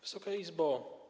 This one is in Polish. Wysoka Izbo!